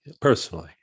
personally